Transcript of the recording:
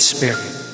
Spirit